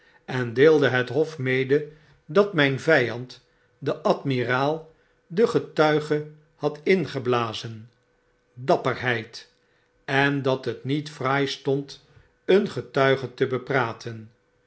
en deelde het hof mede dat naijn vijand de admiraal den getuige had ingeblazen dapperheid en dat het niet fraai stond een getuige te bepraten